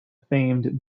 famed